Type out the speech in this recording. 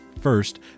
first